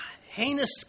heinous